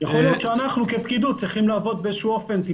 יכול להיות שאנחנו כפקידות צריכים לייצר